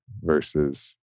versus